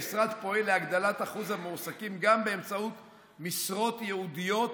המשרד פועל להגדלת אחוז המועסקים גם באמצעות משרות ייעודיות,